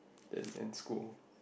in in school